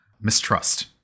mistrust